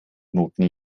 noten